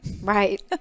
Right